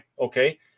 Okay